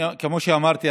כמו שאמרתי,